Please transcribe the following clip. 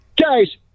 guys